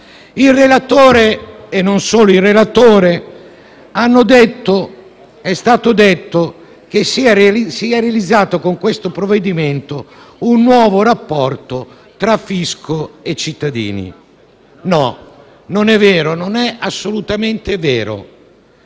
il relatore, e non solo il relatore, ha detto che si è realizzato, con questo provvedimento, un nuovo rapporto tra fisco e cittadini: no, non è vero, non è assolutamente vero.